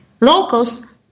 Locals